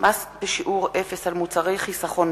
לתיקון פקודת סדרי השלטון והמשפט (תחולת המשפט בערים,